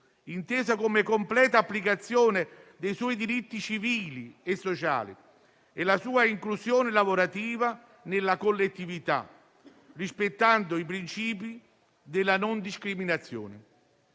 intesa come completa applicazione dei suoi diritti civili e sociali, e la sua inclusione lavorativa nella collettività, rispettando i principi della non discriminazione.